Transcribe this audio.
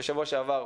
בשבוע שעבר,